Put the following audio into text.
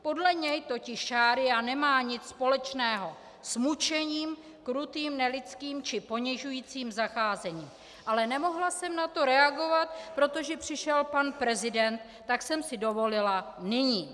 Podle něj totiž šaría nemá nic společného s mučením, krutým, nelidským či ponižujícím zacházením, ale nemohla jsem na to reagovat, protože přišel pan prezident, tak jsem si dovolila nyní.